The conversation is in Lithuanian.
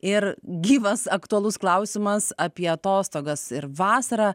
ir gyvas aktualus klausimas apie atostogas ir vasarą